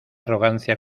arrogancia